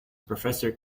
professor